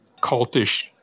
cultish